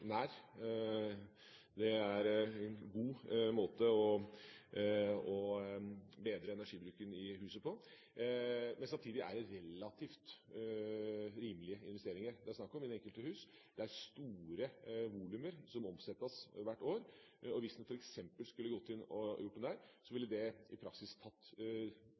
Det er en god måte å bedre energibruken i huset på, men samtidig er det relativt rimelige investeringer det er snakk om i det enkelte hus. Det er store volumer som omsettes hvert år, og hvis en f.eks. skulle gått inn og gjort noe der, ville det i praksis tatt